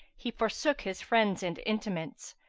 he forsook his friends and intimates,